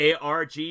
ARG